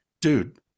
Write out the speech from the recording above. Dude